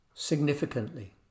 significantly